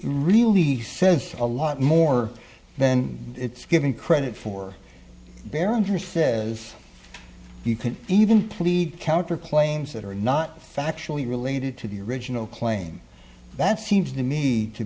really says a lot more then it's given credit for berenger says you can even plead counter claims that are not factually related to the original claim that seems to me to